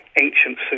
ancient